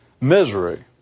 misery